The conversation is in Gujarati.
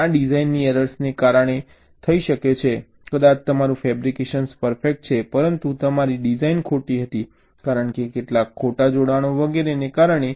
આ ડિઝાઇનની એરર્સને કારણે થઈ શકે છે કદાચ તમારું ફેબ્રિકેશન પરફેક્ટ છે પરંતુ તમારી ડિઝાઇન ખોટી હતી કારણ કે કેટલાક ખોટા જોડાણો વગેરેને કારણે